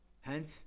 hence